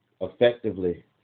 effectively